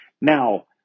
Now